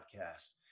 podcast